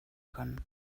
können